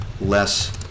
less